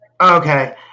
okay